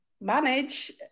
manage